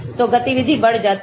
तो गतिविधि बढ़ जाती है